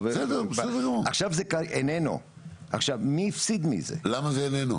ואנחנו רואים אותם כשחקנים שמחזיקים לטווח ארוך.